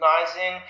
recognizing